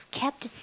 kept